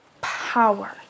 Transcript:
power